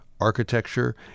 architecture